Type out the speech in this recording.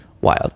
wild